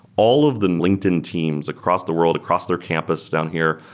all of the linkedin teams across the world, across their campus down here,